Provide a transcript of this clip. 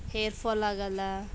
hair ಫಾಲಾಗಲ್ಲ